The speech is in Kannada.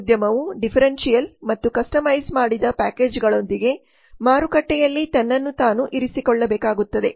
ಉದ್ಯಮವು ಡಿಫರೆನ್ಷಿಯಲ್ ಮತ್ತು ಕಸ್ಟಮೈಸ್ ಮಾಡಿದ ಪ್ಯಾಕೇಜ್ಗಳೊಂದಿಗೆ ಮಾರುಕಟ್ಟೆಯಲ್ಲಿ ತನ್ನನ್ನು ತಾನು ಇರಿಸಿಕೊಳ್ಳಬೇಕಾಗುತ್ತದೆ